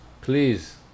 Please